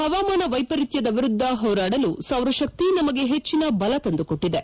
ಹವಾಮಾನ ವೈಫರಿತ್ಸದ ವಿರುದ್ದ ಹೋರಾಡಲು ಸೌರಶಕ್ತಿ ನಮಗೆ ಹೆಚ್ಚಿನ ಬಲ ತಂದುಕೊಟ್ಟದೆ